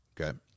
okay